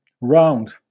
round